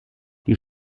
die